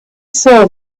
saw